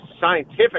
scientific